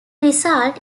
result